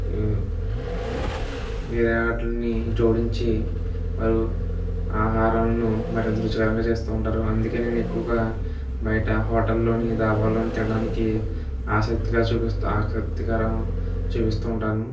వేరే వాటినీ జోడించి వారు ఆహారాలను మరింత రుచికరంగా చేస్తుంటారు అందుకే నేను ఎక్కువగా బయట హోటళ్ళోని దాబాలోని తినడానికి ఆసక్తిగా చూపిస్తాను ఆసక్తికరం చూపిస్తూ ఉంటాను